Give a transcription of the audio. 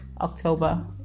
October